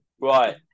Right